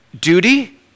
duty